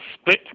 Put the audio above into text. split